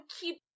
keep